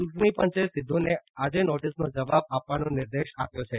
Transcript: ચૂંટણીપંચે સિદ્ધુને આજે નોટીસનો જવાબ આપવાનો નિર્દેશ આપ્યો છે